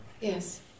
Yes